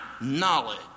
knowledge